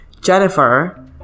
Jennifer